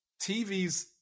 TVs